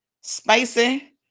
Spicy